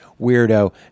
weirdo